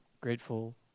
grateful